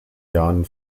jahren